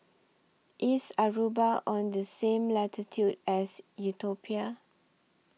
IS Aruba on The same latitude as Ethiopia